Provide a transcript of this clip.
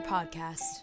podcast